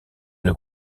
une